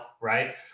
right